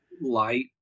light